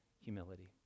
humility